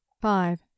Five